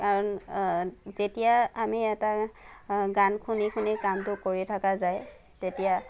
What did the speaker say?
কাৰণ যেতিয়া আমি এটা গান শুনি শুনি কামটো কৰি থাকা যায় তেতিয়া